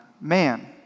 man